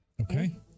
okay